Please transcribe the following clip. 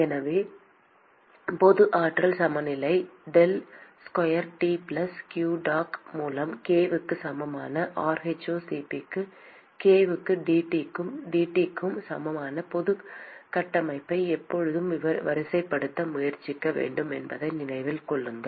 எனவே பொது ஆற்றல் சமநிலை del square T plus q dot மூலம் k க்கு சமமான rho c p க்கு k க்கு dT க்கு dt க்கு சமமான பொது கட்டமைப்பை எப்போதும் வரிசைப்படுத்த முயற்சிக்க வேண்டும் என்பதை நினைவில் கொள்ளுங்கள்